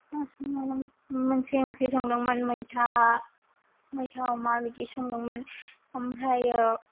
मा संदोंमोन मोनसे ओंख्रि संदोंमोन मैथा मैथा अमा बिदि संदोंमोन ओमफ्रायो